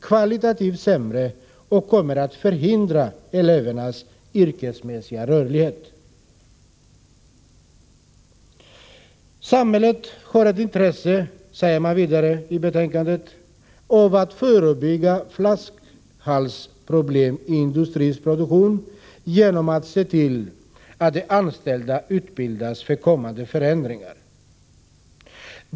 Kvalitativt försämras den. Dessutom kommer elevernas yrkesmässiga rörlighet att förhindras. Samhället har ett intresse, säger man i betänkandet, av att förebygga flaskhalsproblem i industrins produktion, genom att se till att de anställda utbildas för kommande förändringar.